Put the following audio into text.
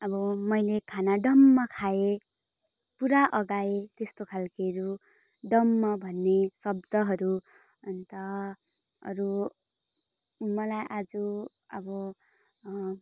अब मैले खाना डम्म खाएँ पुरा अघाएँ त्यस्तो खालकेहरू डम्म भन्ने शब्दहरू अन्त अरू मलाई आज अब